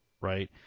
right